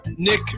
Nick